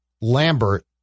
Lambert